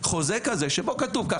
חוזה כזה שבו כתוב ככה,